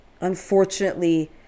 unfortunately